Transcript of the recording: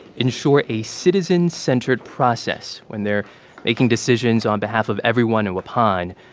ensure a citizen-centered process when they're making decisions on behalf of everyone in waupun.